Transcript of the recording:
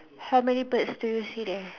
how many birds do you see there